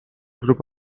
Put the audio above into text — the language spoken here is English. group